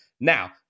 Now